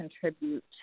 contribute